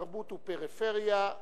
תרבות ופריפריה,